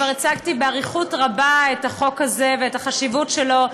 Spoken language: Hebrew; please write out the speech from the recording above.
כבר הצגתי באריכות רבה את החוק הזה ואת החשיבות שלו,